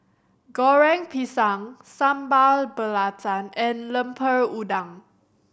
Goreng Pisang Sambal Belacan and Lemper Udang